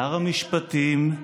שר המשפטים,